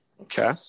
Okay